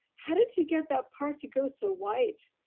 how did you get that part to go so white?